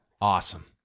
Awesome